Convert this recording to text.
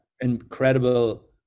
incredible